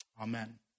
Amen